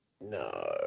No